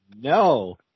no